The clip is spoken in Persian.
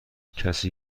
کسی